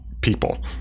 people